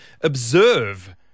observe